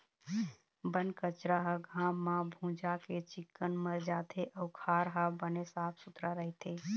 बन कचरा ह घाम म भूंजा के चिक्कन मर जाथे अउ खार ह बने साफ सुथरा रहिथे